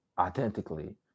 authentically